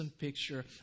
picture